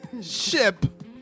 ship